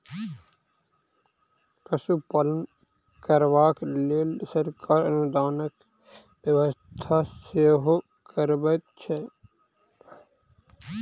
पशुपालन करबाक लेल सरकार अनुदानक व्यवस्था सेहो करबैत छै